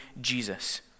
Jesus